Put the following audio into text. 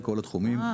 בכל התחומים,